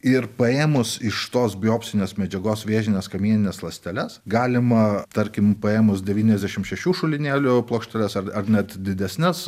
ir paėmus iš tos biopsinės medžiagos vėžines kamienines ląsteles galima tarkim paėmus devyniasdešim šešių šulinėlių plokšteles ar ar net didesnes